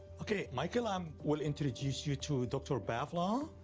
okay. michael, um, we'll introduce you to dr. pavlo.